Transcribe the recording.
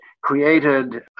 created